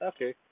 Okay